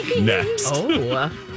Next